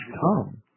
come